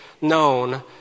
known